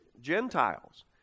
Gentiles